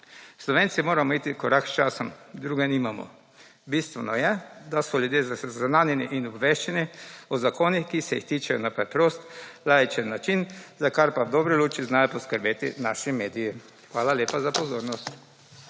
Slovenci moramo iti v korak s časom, druge nimamo. Bistveno je, da so ljudje seznanjeni in obveščeni o zakonih, ki se jih tičejo, na preprost, laičen način, za kar pa v dobri luči znajo poskrbi naši mediji. Hvala lepa za pozornost.